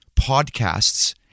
podcasts